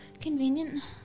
Convenient